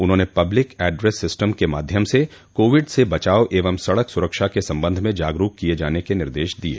उन्होंने public address system के माध्यम से कोविड से बचाव एव सड़क सुरक्षा के सम्बन्ध में जागरूक किय जाने के निर्देश दिये